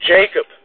Jacob